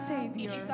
Savior